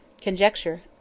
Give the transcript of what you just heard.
Conjecture